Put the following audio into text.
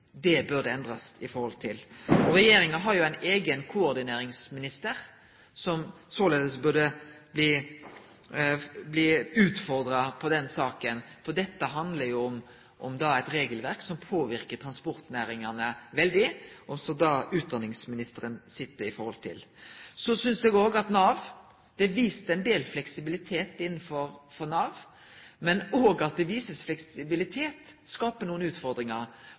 Det bør endrast. Regjeringa har jo ein eigen koordineringsminister som såleis burde bli utfordra på den saka, for dette handlar jo om eit regelverk som påverkar transportnæringane veldig, og som utdanningsministeren har sitt forhold til. Så synest eg òg at det er vist ein del fleksibilitet innanfor Nav, men at det blir vist fleksibilitet, skaper nokre utfordringar,